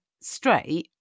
straight